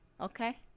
Okay